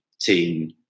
team